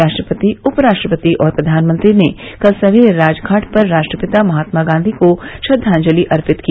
राष्ट्रपति उपराष्ट्रपति और प्रधानमंत्री ने कल सवेरे राजघाट पर राष्ट्रपिता महात्मा गांधी को श्रद्वाजलि अर्पित की